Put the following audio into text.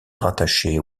rattachés